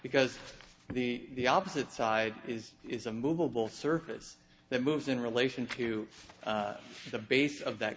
because the opposite side is is a movable surface that moves in relation to the base of that